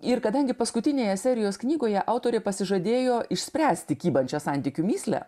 ir kadangi paskutinėje serijos knygoje autorė pasižadėjo išspręsti kybančią santykių mįslę